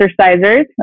exercisers